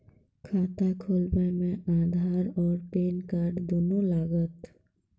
खाता खोलबे मे आधार और पेन कार्ड दोनों लागत?